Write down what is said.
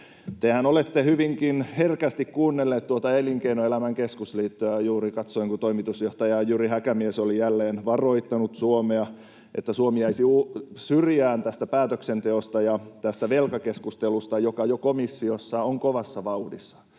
Tehän olette hyvinkin herkästi kuunnelleet tuota Elinkeinoelämän keskusliittoa, ja juuri katsoin, kun toimitusjohtaja Jyri Häkämies oli jälleen varoittanut Suomea, että Suomi jäisi syrjään tästä päätöksenteosta ja tästä velkakeskustelusta, joka komissiossa on jo kovassa vauhdissa.